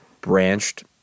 branched